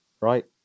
right